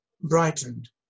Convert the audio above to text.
brightened